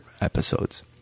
episodes